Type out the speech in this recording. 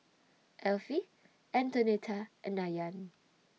Elfie Antonetta and Ayaan